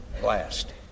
blast